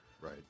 Right